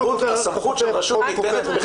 הסמכות של רשות ניתנת בחקיקה.